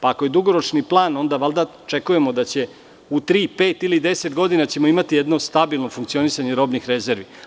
Pa, ako je dugoročni plan, onda očekujemo da ćemo u tri, pet ili deset godina imati jedno stabilno funkcionisanje robnih rezervi.